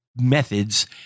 methods